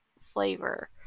flavor